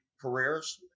careers